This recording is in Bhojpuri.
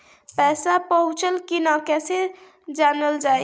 पैसा पहुचल की न कैसे जानल जाइ?